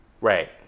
right